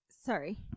sorry